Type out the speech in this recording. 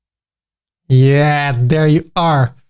yeah, there you are.